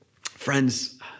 Friends